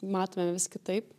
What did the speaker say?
matome vis kitaip